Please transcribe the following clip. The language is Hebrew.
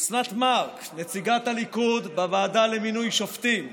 אוסנת מארק, נציגת הליכוד בוועדה למינוי שופטים,